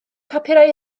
papurau